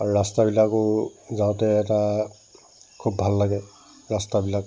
আৰু ৰাস্তাবিলাকো যাওঁতে এটা খুব ভাল লাগে ৰাস্তাবিলাক